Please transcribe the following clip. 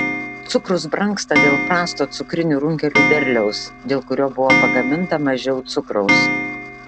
cukrus brangsta dėl prasto cukrinių runkelių derliaus dėl kurio buvo pagaminta mažiau cukraus